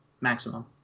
maximum